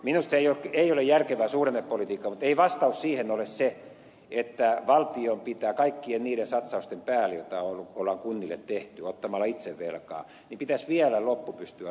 minusta se ei ole järkevää suhdannepolitiikkaa mutta ei vastaus siihen ole se että valtion pitäisi kaikkien niiden satsausten päälle joita on kunnille tehty ottamalla itse velkaa vielä loppu pystyä rahoittamaan